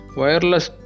wireless